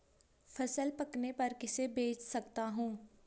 फसल पकने पर किसे बेच सकता हूँ?